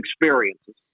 experiences